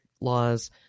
laws